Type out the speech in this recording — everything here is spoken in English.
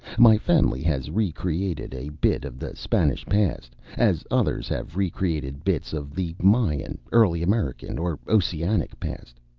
my family has re-created a bit of the spanish past, as others have re-created bits of the mayan, early american, or oceanic past.